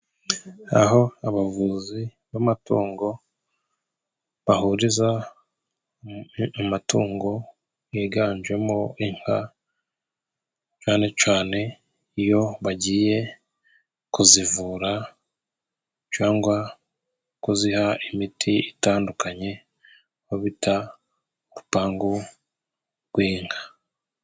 Aho abavuzi b'amatungo bahuriza amatungo higanjemo inka, cane cane iyo bagiye kuzivura cangwa kuziha imiti itandukanye, babita upangu rw'inka.